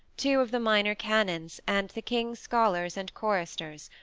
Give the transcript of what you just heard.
two of the minor canons, and the king's scholars and choristers,